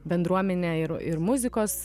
bendruomene ir ir muzikos